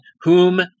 whom-